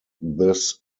this